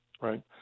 right